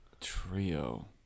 trio